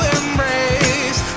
embrace